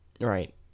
Right